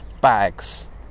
bags